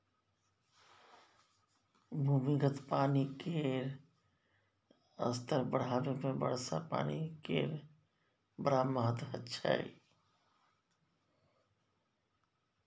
भूमिगत पानि केर स्तर बढ़ेबामे वर्षा पानि केर बड़ महत्त्व छै